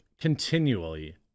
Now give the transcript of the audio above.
continually